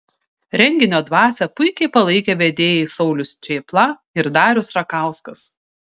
renginio dvasią puikiai palaikė vedėjai saulius čėpla ir darius rakauskas